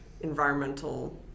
environmental